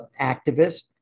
activist